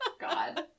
god